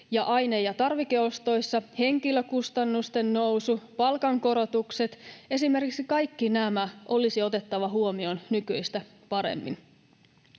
aine- ja tarvikeostoissa, henkilökustannusten nousu, palkankorotukset — esimerkiksi kaikki nämä — olisi otettava huomioon nykyistä paremmin.